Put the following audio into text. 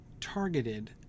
targeted